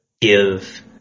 give